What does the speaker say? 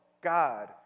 God